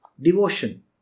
Devotion